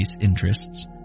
interests